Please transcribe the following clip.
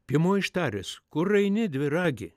piemuo ištaręs kur eini dviragi